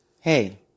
Hey